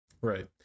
right